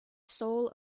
soul